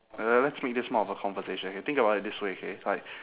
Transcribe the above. uh let's make this more of a conversation okay think about it this way okay like